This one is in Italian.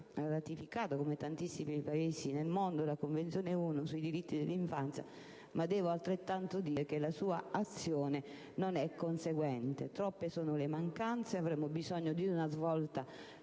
Paese ha ratificato, come tantissimi Paesi nel mondo, la Convenzione ONU sui diritti dell'infanzia, ma la sua azione non è conseguente. Troppe sono le mancanze; avremmo bisogno di una svolta